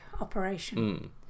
operation